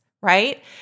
right